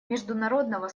международного